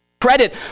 credit